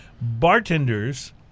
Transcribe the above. Bartenders